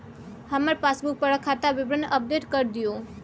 हमर पासबुक पर खाता विवरण अपडेट कर दियो